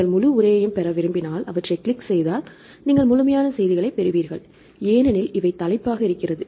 நீங்கள் முழு உரையையும் பெற விரும்பினால்அவற்றை கிளிக் செய்தால் நீங்கள் முழுமையான செய்திகளைப் பெறுவீர்கள் ஏனெனில் இவை தலைப்பாக இருக்கிறது